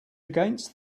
against